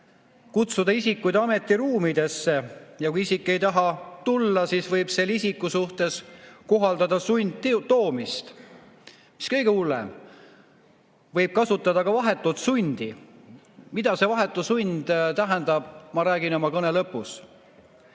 kutsuda isikuid ametiruumidesse, ja kui isik ei taha tulla, siis võib selle isiku suhtes kohaldada sundtoomist. Mis kõige hullem, võib kasutada ka vahetut sundi. Mida see vahetu sund tähendab, ma räägin oma kõne lõpus.